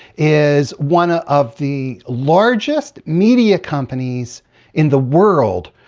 is one ah of the largest media companies in the world?